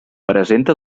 presenta